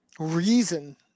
reason